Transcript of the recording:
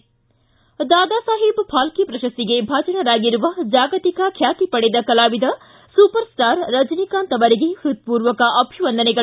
ಪ್ರತಿಷ್ಠಿತ ದಾದಾ ಸಾಹೇಬ್ ಫಾಲ್ಕೆ ಪ್ರಶ್ತಿಗೆ ಭಾಜನರಾಗಿರುವ ಜಾಗತಿಕ ಖ್ಯಾತಿ ಪಡೆದ ಕಲಾವಿದ ಸೂಪರ್ ಸ್ಟಾರ್ ರಜನಿಕಾಂತ್ ಅವರಿಗೆ ಹೃತ್ಪೂರ್ವಕ ಅಭಿವಂದನೆಗಳು